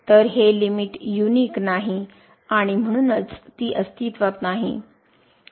तर हे limit unique नाही आणि म्हणूनच ती अस्तित्वात नाही